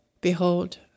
Behold